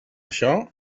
això